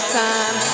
time